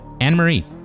Anne-Marie